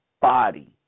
body